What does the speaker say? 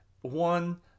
one